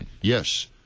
Yes